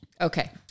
okay